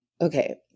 Okay